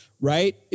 right